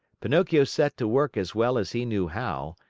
pinocchio set to work as well as he knew how,